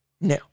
now